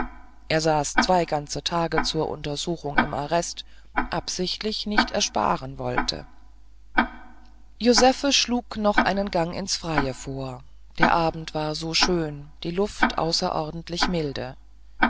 er saß zwei ganze tage zur untersuchung im arrest absichtlich nicht ersparen wollte josephe schlug noch einen gang ins freie vor der abend war so schön die luft außerordentlich milde